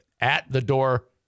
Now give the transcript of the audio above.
at-the-door